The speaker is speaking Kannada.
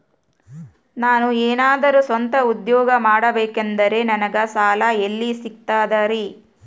ನಾನು ಏನಾದರೂ ಸ್ವಂತ ಉದ್ಯೋಗ ಮಾಡಬೇಕಂದರೆ ನನಗ ಸಾಲ ಎಲ್ಲಿ ಸಿಗ್ತದರಿ?